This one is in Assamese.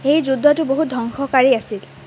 সেই যুদ্ধটো বহুত ধ্বংসকাৰী আছিল